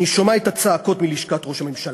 אני שומע את הצעקות מלשכת ראש הממשלה.